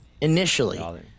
initially